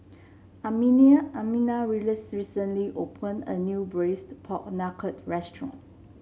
Almina recently open a new Braised Pork Knuckle restaurant